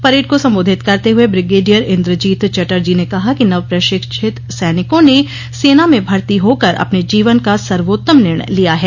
parade को संबोधित करते हुए brigadier Indrajit Chatterjee ने कहा कि नव प्रशिक्षित सैनिकों ने सेना में भर्ती होकर अपने जीवन का सर्वो त्ताम निर्णय लिया है